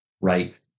right